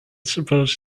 supposed